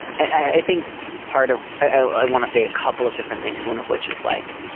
i think part of i want to say a couple of different things, one of which is like